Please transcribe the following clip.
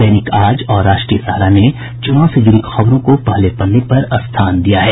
दैनिक आज और राष्ट्रीय सहारा ने चुनाव से जुड़ी खबरों पहले पन्ने पर स्थान दिया है